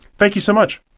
thank you so much